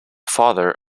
father